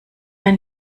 ein